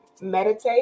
meditate